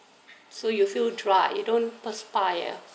so you feel dry you don't perspire